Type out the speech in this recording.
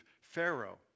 Pharaoh